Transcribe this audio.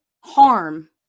harm